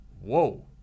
whoa